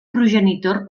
progenitor